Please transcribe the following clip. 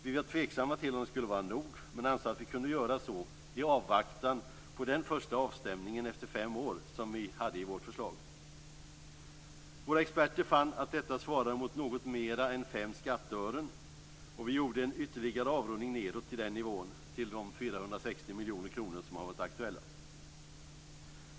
Vi var tveksamma till om det skulle vara nog, men vi ansåg att vi kunde göra så i avvaktan på den första avstämningen som skulle ske efter fem år, enligt vårt förslag. Våra experter fann att detta svarade mot något mera än 5 skatteören, och vi gjorde en ytterligare avrundning nedåt till den nivån, dvs. till de 460 miljoner kronor per år som hade varit aktuella.